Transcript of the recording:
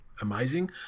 amazing